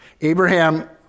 Abraham